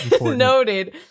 Noted